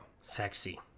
Sexy